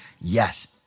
yes